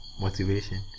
motivation